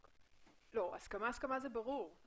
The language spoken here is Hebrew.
הסכמה זה ברור.